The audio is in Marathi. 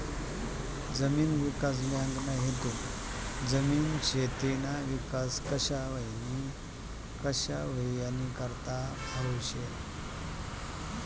जमीन विकास बँकना हेतू जमीन, शेतीना विकास कशा व्हई यानीकरता हावू शे